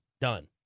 Done